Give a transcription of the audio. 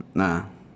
nah